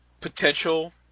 potential